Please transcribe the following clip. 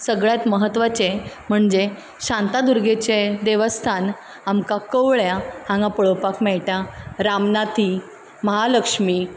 सगळ्यांत म्हत्वाचें म्हणजे शांतादुर्गेचे देवस्थान आमकां कवळ्यां हांगा पळोवपाक मेळटा रामनाथी महालक्ष्मी